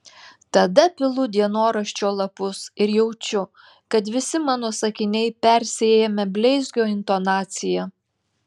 tada pilu dienoraščio lapus ir jaučiu kad visi mano sakiniai persiėmę bleizgio intonacija